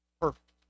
perfect